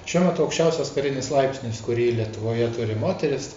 šiuo metu aukščiausias karinis laipsnis kurį lietuvoje turi moteris